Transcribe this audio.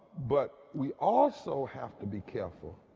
but we also have to be careful.